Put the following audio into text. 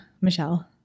Michelle